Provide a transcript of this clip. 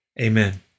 Amen